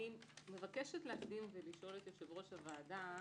אני מבקשת להקדים ולשאול את יושב-ראש הוועדה,